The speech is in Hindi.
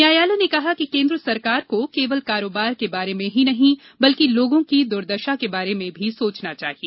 न्यायालय ने कहा कि केंद्र सरकार को केवल कारोबार के बारे में ही नहीं बल्कि लोगों की दुर्दशा के बारे में भी सोचना चाहिए